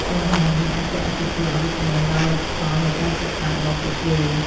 បញ្ហានេះអាចជះឥទ្ធិពលអវិជ្ជមានដល់លទ្ធផលនៃការសិក្សារបស់ពួកគេ។